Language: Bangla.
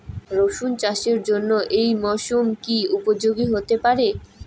রসুন চাষের জন্য এই মরসুম কি উপযোগী হতে পারে?